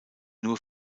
nur